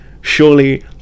surely